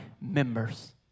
members